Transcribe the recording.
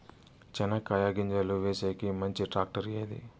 చెనక్కాయ గింజలు వేసేకి మంచి టాక్టర్ ఏది?